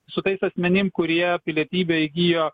su tais asmenim kurie pilietybę įgijo